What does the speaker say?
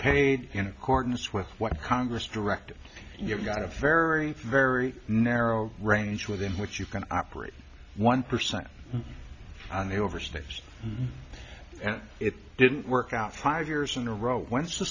paid in accordance with what congress directive you've got a very very narrow range within which you can operate one percent of the overstayers and it didn't work out five years in a row once